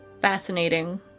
Fascinating